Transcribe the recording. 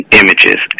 images